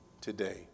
today